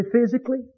physically